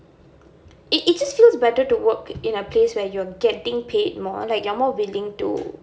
it it just feels better to work in a place where you're getting paid more like you're more willing to